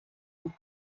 und